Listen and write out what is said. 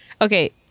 Okay